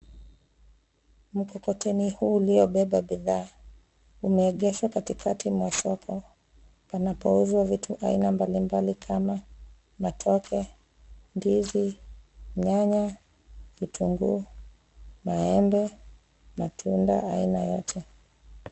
Mkokoteni huu ulio beba bidhaa umeegeshwa katikati mwa soko panapouzwa vitu aina mbalimbali kama [cs ] matoke[cs ], ndizi, nyanya, vitunguu, maembe, matunda aina yote.